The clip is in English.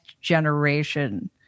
generation